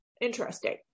Interesting